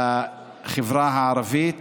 למפלגתו חד"ש, נכס לחברה הערבית.